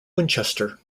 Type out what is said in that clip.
winchester